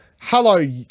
Hello